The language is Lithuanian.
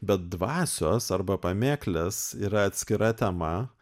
bet dvasios arba pamėklės yra atskira tema